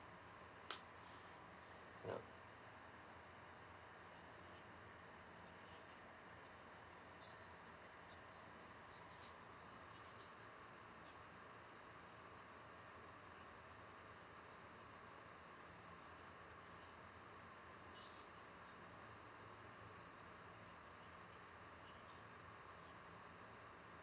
yeah